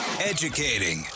Educating